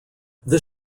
this